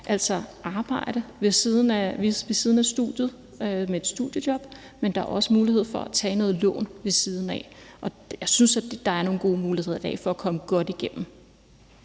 altså kan arbejde ved siden af studiet i et studiejob. Men der er også mulighed for at tage noget lån ved siden af. Jeg synes, der er nogle gode muligheder i dag for at komme godt igennem.